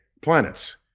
planets